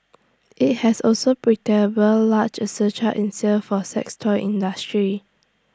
IT has also large A surcharge in sales for sex toy industry